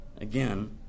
Again